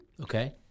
Okay